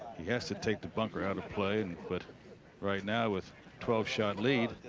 he has to take the bunker out of play and quit right now with twelve shot lead.